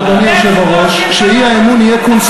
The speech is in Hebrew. אדוני היושב-ראש, אני לא יכול לנמק את ההצעה.